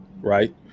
Right